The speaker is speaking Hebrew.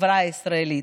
בחברה הישראלית.